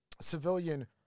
civilian